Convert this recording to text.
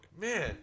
man